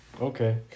okay